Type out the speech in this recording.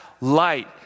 light